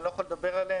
אני לא יכול לדבר עליהן,